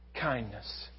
kindness